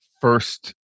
first